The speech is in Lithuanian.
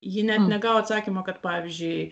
ji net negavo atsakymo kad pavyzdžiui